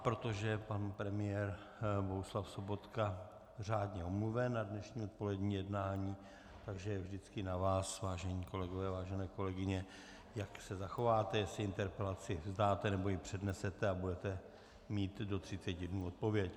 Protože pan premiér Bohuslav Sobotka je řádně omluven na dnešní odpolední jednání, tak je vždycky na vás, vážení kolegové, vážené kolegyně, jak se zachováte, jestli interpelaci vzdáte, nebo ji přednesete a budete mít do 30 dnů odpověď.